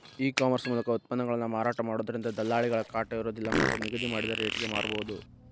ಈ ಕಾಮರ್ಸ್ ಮೂಲಕ ಉತ್ಪನ್ನಗಳನ್ನ ಮಾರಾಟ ಮಾಡೋದ್ರಿಂದ ದಲ್ಲಾಳಿಗಳ ಕಾಟ ಇರೋದಿಲ್ಲ ಮತ್ತ್ ನಿಗದಿ ಮಾಡಿದ ರಟೇಗೆ ಮಾರಬೋದು